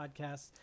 podcasts